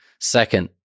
second